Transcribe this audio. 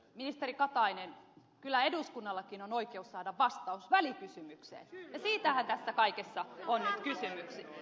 ministeri katainen kyllä eduskunnallakin on oikeus saada vastaus välikysymykseen ja siitähän tässä kaikessa on nyt kysymys